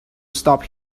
stop